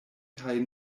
kaj